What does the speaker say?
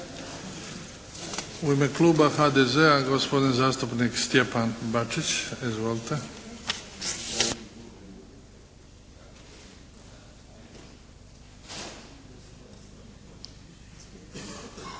U ime kluba HDZ-a, gospodin zastupnik Stjepan Bačić. Izvolite.